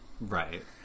Right